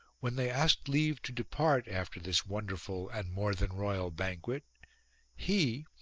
when they asked leave to depart after this wonderful and more than royal banquet he,